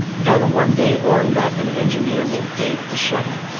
then one day orrin met an engineer named dave fischetti.